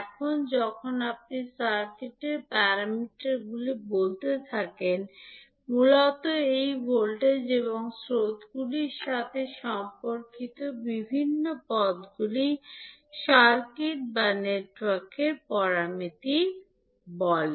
এখন যখন আপনি সার্কিট প্যারামিটারগুলি বলতে থাকেন মূলত এই ভোল্টেজ এবং স্রোতগুলির সাথে সম্পর্কিত বিভিন্ন পদগুলি সার্কিট বা নেটওয়ার্ক প্যারামিটার বলে